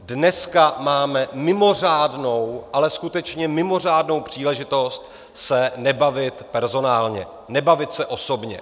Dneska máme mimořádnou, ale skutečně mimořádnou příležitost se nebavit personálně, nebavit se osobně.